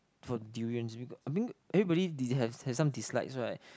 for durians because I mean everybody dis~ has has some dislikes [right]